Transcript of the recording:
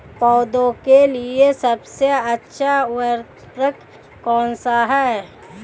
पौधों के लिए सबसे अच्छा उर्वरक कौन सा है?